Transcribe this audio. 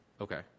Okay